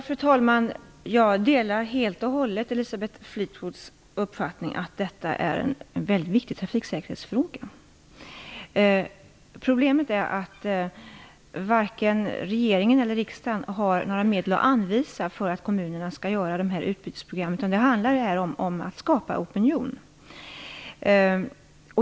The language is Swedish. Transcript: Fru talman! Jag delar helt och hållet Elisabeth Fleetwoods uppfattning att detta är en väldigt viktig trafiksäkerhetsfråga. Problemet är att varken regeringen eller riksdagen har några medel att anvisa för att kommunerna skall genomföra utbytesprogrammet. Det handlar här om att skapa opinion.